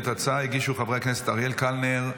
את ההצעה הגישו חברי הכנסת אריאל קלנר,